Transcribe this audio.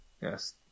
Yes